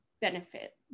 benefit